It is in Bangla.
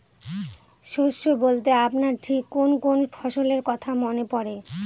শস্য বলতে আপনার ঠিক কোন কোন ফসলের কথা মনে পড়ে?